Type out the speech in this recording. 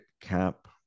cap